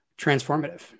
transformative